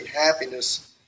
happiness